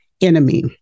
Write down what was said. enemy